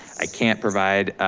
i can't provide